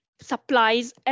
supplies